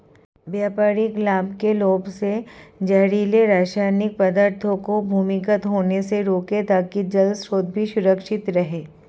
व्यापारिक लाभ के लोभ से जहरीले रासायनिक पदार्थों को भूमिगत होने से रोकें ताकि जल स्रोत भी सुरक्षित रहे